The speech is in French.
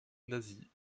nazie